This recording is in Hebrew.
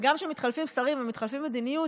וגם כשמתחלפים שרים ומתחלפת מדיניות,